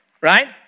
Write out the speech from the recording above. right